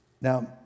Now